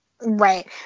right